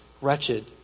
wretched